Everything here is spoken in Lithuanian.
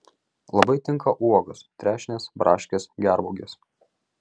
labai tinka uogos trešnės braškės gervuogės